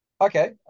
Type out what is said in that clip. Okay